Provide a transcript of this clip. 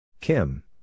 Kim